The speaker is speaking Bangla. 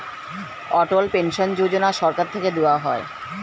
অটল পেনশন যোজনা সরকার থেকে দেওয়া হয়